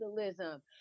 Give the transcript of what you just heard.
capitalism